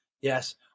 Yes